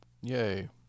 Yay